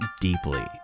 deeply